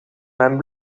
mijn